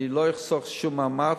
אני לא אחסוך שום מאמץ,